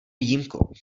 výjimkou